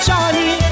Johnny